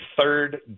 third